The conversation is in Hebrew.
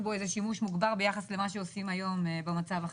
בו איזה שהוא שימוש מוגבר ביחס למה שעושים היום במצב החדש.